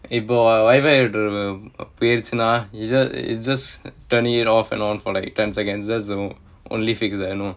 இப்போ:ippo Wi-Fi போயிடுச்சினா:poyiduchinaa it's just it's just turning it off and on for like ten seconds that's the only fix that I know